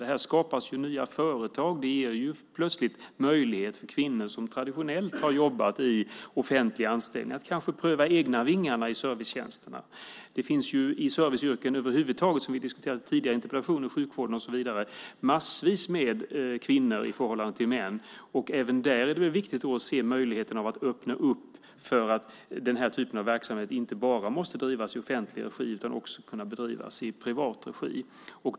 Detta skapar nya företag. Det ger plötsligt möjlighet för kvinnor som traditionellt har jobbat i offentlig anställning att pröva de egna vingarna i servicetjänster. I serviceyrken över huvud taget - inom sjukvården och så vidare - finns det som vi diskuterade tidigare i interpellationsdebatten massvis med kvinnor i förhållande till hur många män det finns. Även där är det viktigt att se möjligheten att öppna för att den här typen av verksamhet inte bara måste drivas i offentlig regi utan också i privat regi.